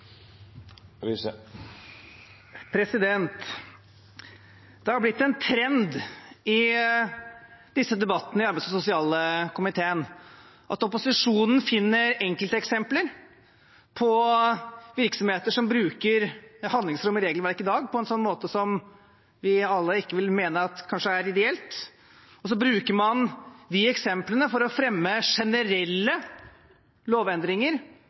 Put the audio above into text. Det har blitt en trend i disse debattene i arbeids- og sosialkomiteen at opposisjonen finner enkelteksempler på virksomheter som bruker handlingsrommet i regelverket i dag på en måte vi alle vil mene at kanskje ikke er ideell, og så bruker man de eksemplene for å fremme generelle lovendringer